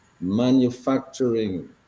manufacturing